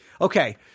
Okay